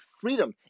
freedom